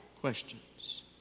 questions